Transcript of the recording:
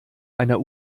einer